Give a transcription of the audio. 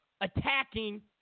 attacking